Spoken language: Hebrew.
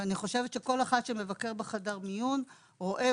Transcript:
אני חושבת שזה דבר שכל אחד שמבקר בחדר המיון רואה.,